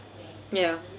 ya